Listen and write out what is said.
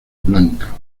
blanca